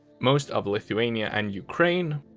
most of lithuania and ukraine,